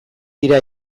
dira